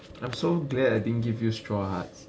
I'm so glad I didn't give you straw hearts